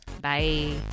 bye